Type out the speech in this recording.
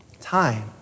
Time